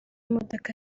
imodoka